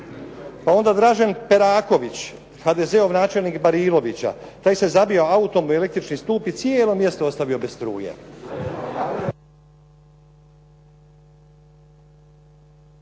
Pa onda Dražen Peraković, HDZ-ov načelnik …/Govornik se ne razumije./… taj se zabio autom u električni stup i cijelo mjesto ostavio bez struje.